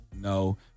no